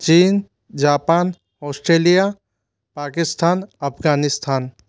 चीन Japan Australia Pakistan Afghanistan